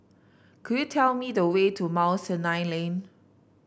could you tell me the way to Mount Sinai Lane